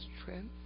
strength